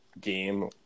game